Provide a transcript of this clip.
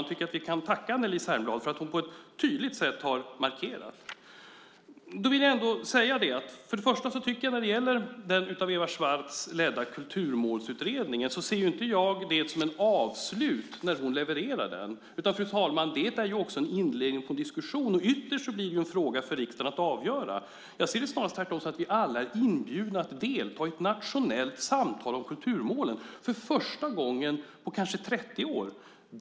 Jag tycker att vi kan tacka Anneli Särnblad för att hon på ett tydligt sätt har markerat det. Jag ser det inte som ett avslut när Eva Swartz levererar Kulturmålsutredningen, utan, fru talman, det är också en inledning på diskussionen och ytterst blir det en fråga för riksdagen att avgöra. Jag ser det tvärtom snarast så att vi alla är inbjudna att delta i ett nationellt samtal om kulturmålen för första gången på kanske 30 år.